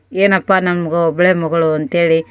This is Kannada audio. ಏನಪ್ಪ ನಮ್ಗೆ ಒಬ್ಬಳೆ ಮಗಳು ಅಂತೇಳಿ